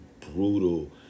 brutal